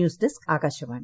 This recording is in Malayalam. news desk Akashvani